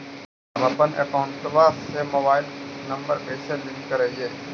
हमपन अकौउतवा से मोबाईल नंबर कैसे लिंक करैइय?